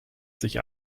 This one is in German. sich